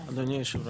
בהמשך